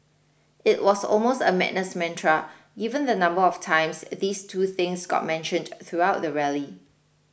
it was almost a madness mantra given the number of times these two things got mentioned throughout the rally